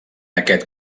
aquest